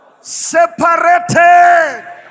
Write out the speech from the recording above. Separated